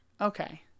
Okay